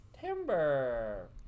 Timber